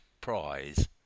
prize